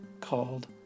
called